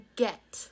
get